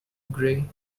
gray